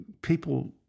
people